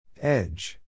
Edge